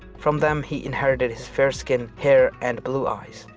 from them he inherited his fair skin, hair and blue eyes.